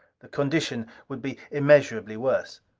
the condition would be immeasurably worse.